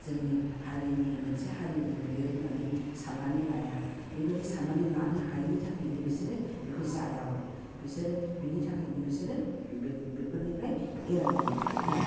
जोंनि हारिनि मोनसे हारिमु बियो होननानै साननानै लाया बेबायदि साननानै लानो हायैनि थाखायनो बिसोरो बेखौ जायाबो बिसोरो बिनि थाखायनो बिसोरो बे बेफोरनिफ्राय एरायनानै थायो